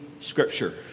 scripture